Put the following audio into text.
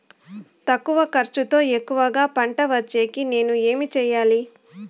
తక్కువ ఖర్చుతో ఎక్కువగా పంట వచ్చేకి నేను ఏమి చేయాలి?